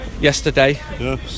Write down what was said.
yesterday